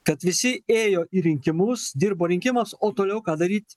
kad visi ėjo į rinkimus dirbo rinkimams o toliau ką daryt